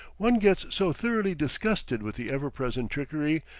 one gets so thoroughly disgusted with the ever-present trickery,